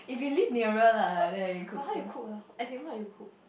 but how you cook ah as in what you cook